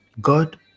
God